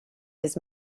his